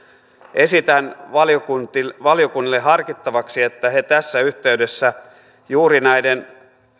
esitän valiokunnille valiokunnille harkittavaksi että he tässä yhteydessä juuri näiden